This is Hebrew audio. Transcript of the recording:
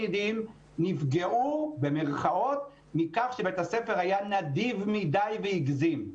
נפגעו מכך שבית הספר היה נדיב מדי והגזים.